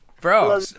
bro